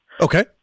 Okay